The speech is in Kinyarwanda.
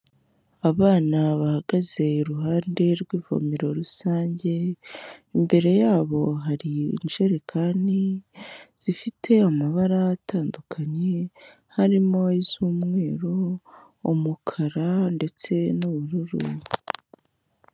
Abana bahagaze iruhande rw'ivomero rusange, imbere yabo hari injerekani zifite amabara atandukanye, harimo iz'umweru, umukara ndetse n'ubururu.